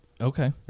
Okay